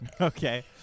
Okay